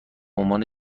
عنوان